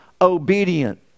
obedient